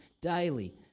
daily